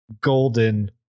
golden